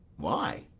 why?